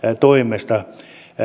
toimesta